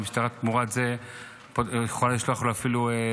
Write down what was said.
והמשטרה תמורת זה יכולה אפילו לשלוח לו דוח,